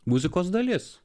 muzikos dalis